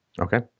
Okay